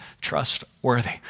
trustworthy